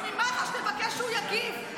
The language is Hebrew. -- ממח"ש, תבקש שהוא יגיב.